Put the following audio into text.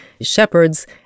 shepherds